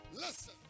Listen